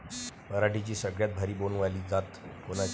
पराटीची सगळ्यात भारी बोंड वाली जात कोनची?